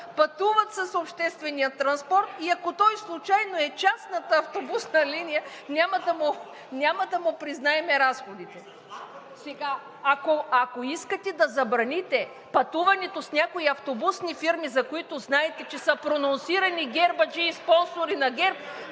пътуват с обществения транспорт и ако той случайно е частната автобусна линия, няма да му признаем разходите. (Реплики от ГЕРБ-СДС.) Ако искате да забраните пътуването с някои автобусни фирми, за които знаете, че са прононсирани от гербаджии, спонсори на ГЕРБ,